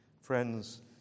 Friends